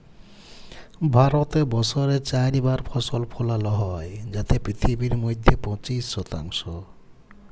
ভারতে বসরে চার বার ফসল ফলালো হ্যয় যাতে পিথিবীর মইধ্যে পঁচিশ শতাংশ